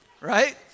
right